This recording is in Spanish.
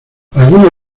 algunos